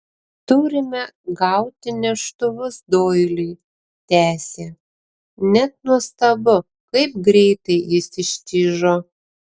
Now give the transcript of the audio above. turime gauti neštuvus doiliui tęsė net nuostabu kaip greitai jis ištižo